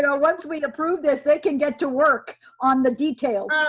so once we approve this, they can get to work on the details.